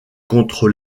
contre